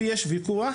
יש ויכוח